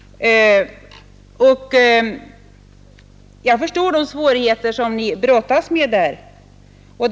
Jag inser de svårigheter som ni brottas med i utredningen.